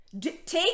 Take